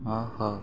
ஆஹா